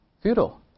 futile